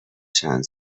چند